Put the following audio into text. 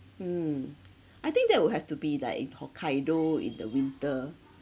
mm I think that will have to be like in hokkaido in the winter